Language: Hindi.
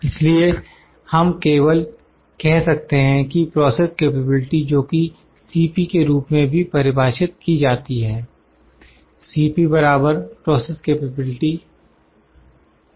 इसलिए हम केवल कह सकते हैं कि प्रोसेस कैपेबिलिटी जोकि Cp के रूप में भी परिभाषित की जाती है